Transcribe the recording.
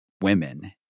women